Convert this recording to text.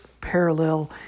parallel